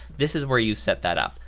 this is where you set that up,